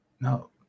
No